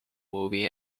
movie